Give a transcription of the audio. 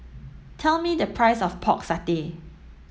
tell me the price of pork satay